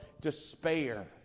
despair